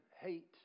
hate